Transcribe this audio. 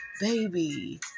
baby